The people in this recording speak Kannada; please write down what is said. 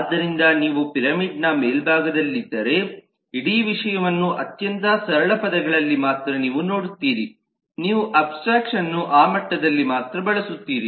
ಆದ್ದರಿಂದ ನೀವು ಪಿರಮಿಡ್ನ ಮೇಲ್ಭಾಗದಲ್ಲಿದ್ದರೆ ಇಡೀ ವಿಷಯವನ್ನು ಅತ್ಯಂತ ಸರಳ ಪದಗಳಲ್ಲಿ ಮಾತ್ರ ನೀವು ನೋಡುತ್ತೀರಿ ನೀವು ಅಬ್ಸ್ಟ್ರಾಕ್ಷನ್ಅನ್ನು ಆ ಮಟ್ಟದಲ್ಲಿ ಮಾತ್ರ ಬಳಸುತ್ತೀರಿ